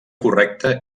correcta